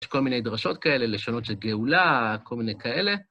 יש כל מיני דרשות כאלה, לשונות של גאולה, כל מיני כאלה.